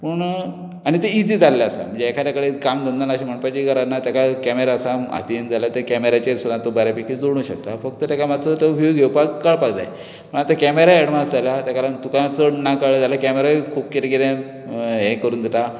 पूण आनी तें इझी जाल्लें आसा म्हणजे एकाऱ्या कडेन काम धंदो ना अशें म्हणपाची गरज ना तेका कॅमेरा आसा हातीन जाल्या ते कॅमेराचेर सुद्दां तूं बेऱ्या पैकी जोडूंक शकता फक्त तेका मात्सो तो व्यू घेवपाक कळपाक जाय पण आतां कॅमेराय एडवान्स जाल्यात तेका लागून तुका चड ना कळ्ळें जाल्या कॅमेराय खूब कितें कितें हें करून दिता